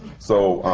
so